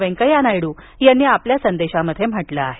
वेंकय्या नायडू यांनी आपल्या संदेशात म्हटलं आहे